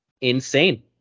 insane